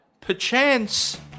perchance